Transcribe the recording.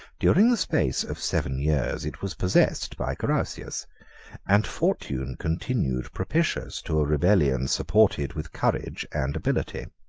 during the space of seven years it was possessed by carausius and fortune continued propitious to a rebellion supported with courage and ability.